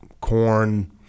Corn